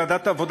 ממשלה בישראל?